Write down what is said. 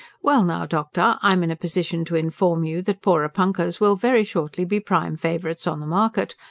well now, doctor, i'm in a position to inform you that porepunkahs will very shortly be prime favourites on the market,